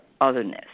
otherness